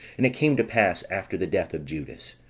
and it came to pass, after the death of judas,